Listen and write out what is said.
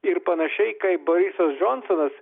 ir panašiai kaip borisas džonsonas